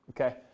okay